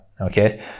okay